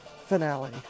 Finale